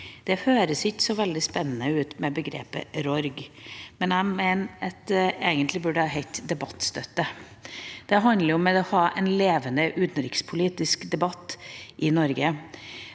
Det høres ikke så veldig spennende ut med begrepet RORG. Jeg mener at det egentlig burde hete «debattstøtte». Det handler om å ha en levende utenrikspolitisk debatt i Norge.